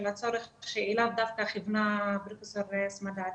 הצורך שאליו דווקא כיוונה פרופ' סמדר.